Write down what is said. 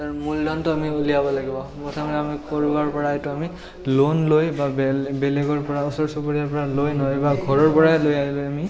তাৰ মূলধনটো আমি উলিয়াব লাগিব প্ৰথমতে আমি ক'ৰবাৰ পৰা এইটো আমি লোন লৈ বা বেলে বেলেগৰ ওচৰ চুবুৰীয়াৰ পৰা লৈ নাইবা ঘৰৰ পৰাই লৈ আমি